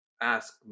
ask